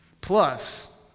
Plus